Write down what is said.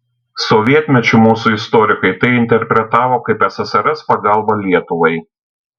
sovietmečiu mūsų istorikai tai interpretavo kaip ssrs pagalbą lietuvai